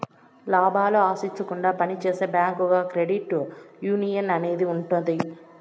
లాభాలు ఆశించకుండా పని చేసే బ్యాంకుగా క్రెడిట్ యునియన్ అనేది ఉంటది